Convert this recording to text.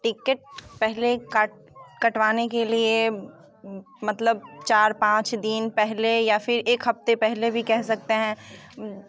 ticket पहले कटवाने के लिए मतलब चार पाँच दिन पहले या फिर एक हफ्ते पहले भी कह सकते हैं